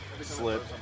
slip